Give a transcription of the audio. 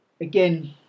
Again